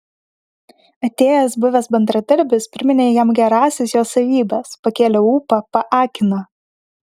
atėjęs buvęs bendradarbis priminė jam gerąsias jo savybes pakėlė ūpą paakino